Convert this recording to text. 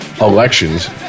elections